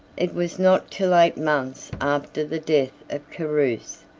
it was not till eight months after the death of carus,